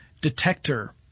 detector